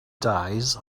dies